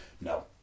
no